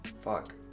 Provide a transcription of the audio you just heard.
Fuck